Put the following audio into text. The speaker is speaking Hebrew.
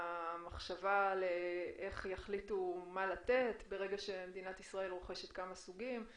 המחשבה איך יחליטו מה לתת ברגע שמדינת ישראל רוכשת כמה סוגים.